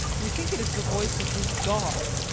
we think it is the voice of his god.